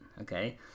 Okay